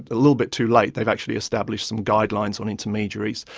a little bit too late, they've actually established some guidelines on intermediaries,